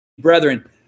brethren